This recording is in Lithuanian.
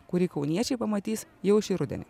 kurį kauniečiai pamatys jau šį rudenį